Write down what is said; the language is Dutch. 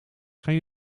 gaan